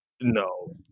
No